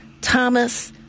Thomas